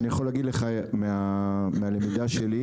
אני יכול להגיד לך מהלמידה שלי,